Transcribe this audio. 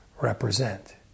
represent